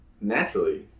naturally